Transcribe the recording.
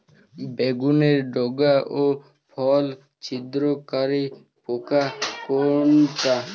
বেগুনের ডগা ও ফল ছিদ্রকারী পোকা কোনটা?